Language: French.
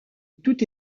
tout